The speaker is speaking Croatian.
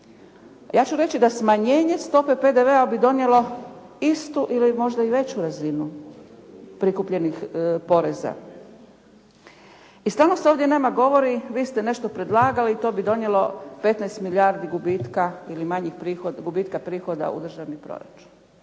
Ja ću reći da smanjenje stope PDV-a bi donijelo istu ili možda i veću razinu prikupljenih poreza. I stalno se ovdje nama govori vi ste nešto predlagali i to bi donijelo 145 milijardi gubitka ili manjih gubitka prihoda u državni proračun.